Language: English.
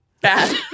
bad